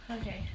Okay